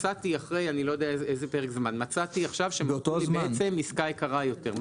מצאתי עכשיו שמכרו לי בעצם עסקה יקרה יותר.